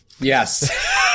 Yes